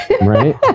right